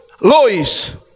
Lois